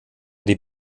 die